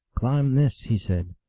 climb this, he said.